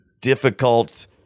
difficult